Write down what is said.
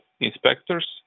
inspectors